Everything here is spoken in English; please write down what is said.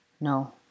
No